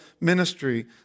ministry